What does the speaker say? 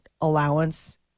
allowance